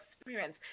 experience